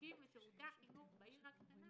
שזקוקים לשירותי החינוך בעיר הקטנה